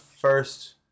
first